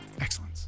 Excellence